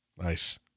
Nice